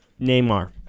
Neymar